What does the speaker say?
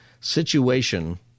situation –